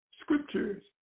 scriptures